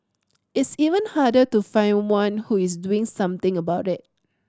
it's even harder to find one who is doing something about it